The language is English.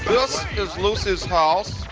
is luce's house.